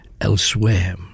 elsewhere